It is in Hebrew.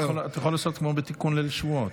אתה יכול לעשות כמו בתיקון ליל שבועות,